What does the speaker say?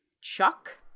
Chuck